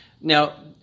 Now